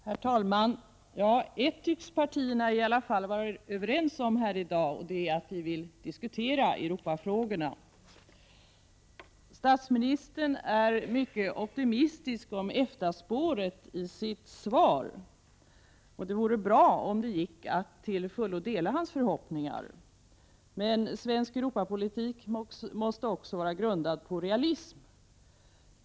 Herr talman! En sak tycks i varje fall partierna vara överens om här i dag, och det är att man vill diskutera Europafrågorna. Statsministern är mycket optimistisk beträffande EFTA-spåret i sitt svar häri dag. Det vore bra om det till fullo gick att dela hans förhoppningar. Men svensk Europapolitik måste också vara grundad på realism.